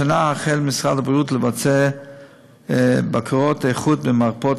השנה החל משרד הבריאות לבצע בקרות איכות במרפאות